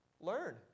Learn